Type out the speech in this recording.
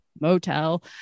motel